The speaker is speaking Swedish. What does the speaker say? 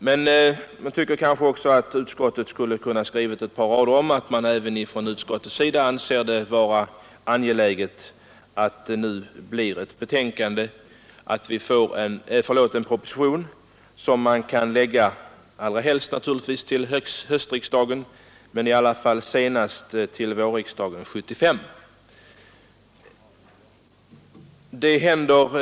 Men jag tycker kanske också att utskottet kunde ha skrivit ett par rader om att även utskottet anser det vara angeläget att det nu blir en proposition, allra helst givetvis till höstriksdagen men i varje fall till vårriksdagen 1975.